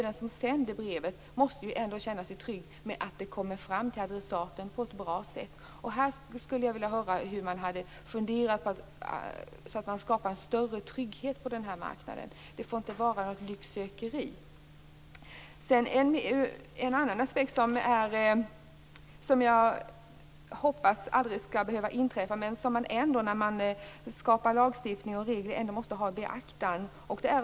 Den som sänder ett brev måste ju känna sig trygg och veta att det kommer fram till adressaten på ett bra sätt. Jag skulle vilja veta hur man har funderat i den här frågan. Hur skapar vi en större trygghet på marknaden? Det får ju inte vara något lycksökeri. Det finns en annan aspekt på det här. Jag hoppas att det aldrig skall behöva inträffa, men man måste ändå ha det i beaktande när man stiftar lagar och regler.